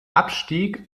abstieg